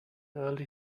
early